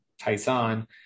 Tyson